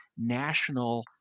national